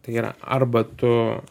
tai yra arba tu